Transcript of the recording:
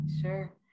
Sure